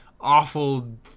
awful